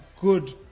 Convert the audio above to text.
good